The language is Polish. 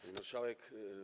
Pani Marszałek!